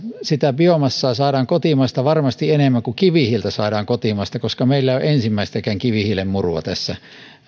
sitä biomassaa saadaan kotimaasta varmasti enemmän kuin kivihiiltä saadaan kotimaasta koska meillä ei ole ensimmäistäkään kivihiilen murua tässä